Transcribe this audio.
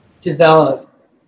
develop